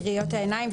(2) ריריות העיניים,